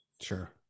sure